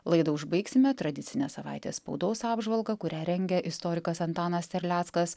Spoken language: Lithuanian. laidą užbaigsime tradicine savaitės spaudos apžvalga kurią rengia istorikas antanas terleckas